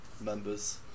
members